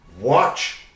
watch